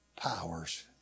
powers